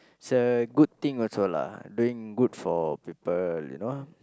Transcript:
it's a good thing also lah doing good for people you know